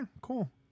cool